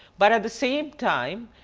but at the same time,